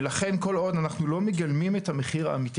לכן כל עוד אנו לא מגלמים את המחיר האמיתי